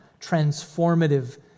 transformative